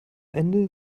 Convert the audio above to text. ende